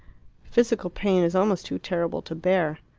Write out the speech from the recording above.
physical pain is almost too terrible to bear.